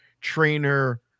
trainer